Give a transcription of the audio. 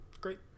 Great